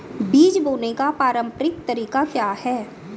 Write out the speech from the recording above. बीज बोने का पारंपरिक तरीका क्या है?